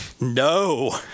No